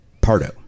Pardo